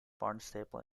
barnstaple